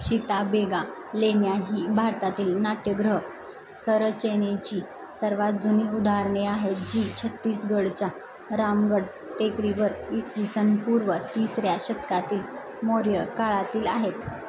सीताबेगा लेण्या ही भारतातील नाट्यगृह संरचनेची सर्वात जुनी उदाहरणे आहेत जी छत्तीसगडच्या रामगढ टेकडीवर इसवी सन पूर्व तिसऱ्या शतकातील मौर्य काळातील आहेत